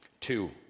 Two